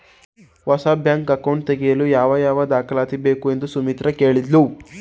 ಹೊಸ bank account ತೆಗೆಯಲು ಯಾವ ಯಾವ ದಾಖಲಾತಿ ಬೇಕು ಎಂದು ಸುಮಿತ್ರ ಕೇಳಿದ್ಲು